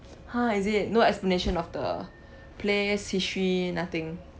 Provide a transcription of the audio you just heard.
!huh! is it no explanation of the place history nothing